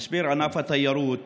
ענף התיירות